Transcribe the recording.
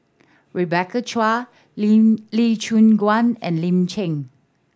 Rebecca Chua Lin Lee Choon Guan and Lin Chen